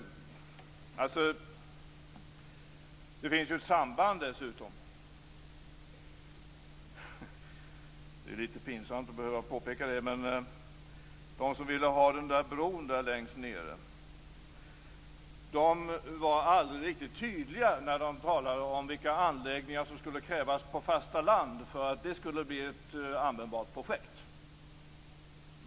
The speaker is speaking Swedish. Det finns dessutom ett samband. Det är litet pinsamt att behöva påpeka det, men de som ville ha bron längst där nere var aldrig riktigt tydliga när de talade om vilka anläggningar som skulle krävas på fasta land för att det skulle bli ett användbart projekt.